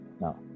now